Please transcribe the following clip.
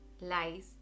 lies